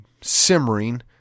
simmering